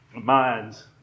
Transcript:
minds